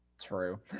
true